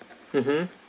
mmhmm